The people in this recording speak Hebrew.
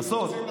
לעשות,